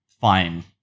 fine